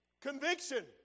Conviction